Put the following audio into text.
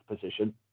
position